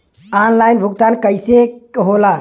Online भुगतान कईसे होला?